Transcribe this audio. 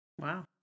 Wow